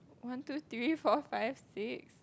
one two three four five six